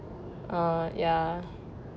uh ya